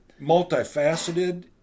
multifaceted